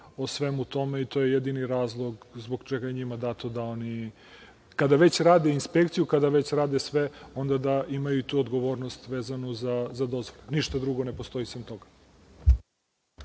o svemu tome i to je jedini razlog zbog čega je njima dato. Kada već rade inspekciju, kada već rade sve ostalo, onda da imaju i tu odgovornost vezanu za dozvolu. Ništa drugo nije u pitanju sem toga.